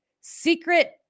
secret